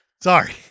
Sorry